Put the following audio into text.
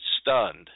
stunned